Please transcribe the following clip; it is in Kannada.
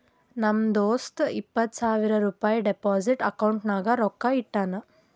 ನಮ್ ದೋಸ್ತ ಇಪ್ಪತ್ ಸಾವಿರ ರುಪಾಯಿ ಡೆಪೋಸಿಟ್ ಅಕೌಂಟ್ನಾಗ್ ರೊಕ್ಕಾ ಇಟ್ಟಾನ್